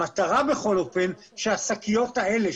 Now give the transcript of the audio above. המטרה היא שהשקיות האלה,